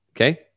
Okay